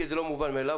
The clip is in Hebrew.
כי זה לא מובן מאליו,